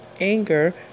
anger